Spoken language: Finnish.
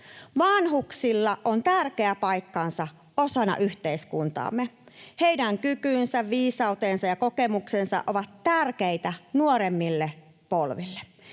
Vanhuksilla on tärkeä paikkansa osana yhteiskuntaamme. Heidän kykynsä, viisautensa ja kokemuksensa ovat tärkeitä nuoremmille polville,